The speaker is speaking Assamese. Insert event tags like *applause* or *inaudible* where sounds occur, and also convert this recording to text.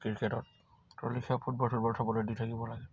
ক্ৰিকেটত *unintelligible* দি থাকিব লাগে